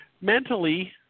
Mentally